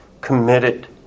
committed